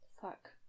fuck